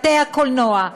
בתי-הקולנוע,